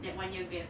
that one year gap